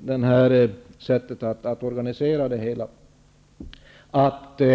det här sättet att organisera det hela.